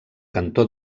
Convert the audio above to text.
cantó